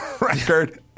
record